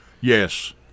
Yes